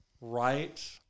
right